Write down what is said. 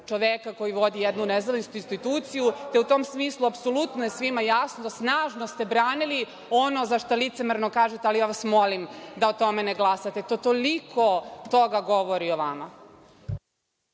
čoveka koji vodi jednu nezavisnu instituciju, te u tom smislu je svima jasno. Snažno ste branili ono za šta licemerno kažete – ja vas molim da o tome ne glasate. To toliko toga govori o vama.